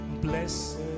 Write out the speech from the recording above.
blessed